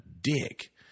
dick